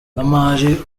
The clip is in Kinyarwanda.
batugannye